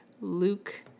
Luke